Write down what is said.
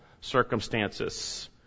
circumstances